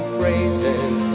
praises